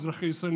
אזרחי ישראל,